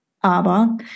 Aber